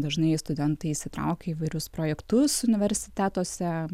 dažnai studentai įsitraukia į įvairius projektus universitetuose